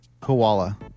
Koala